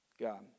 God